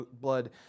blood